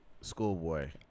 Schoolboy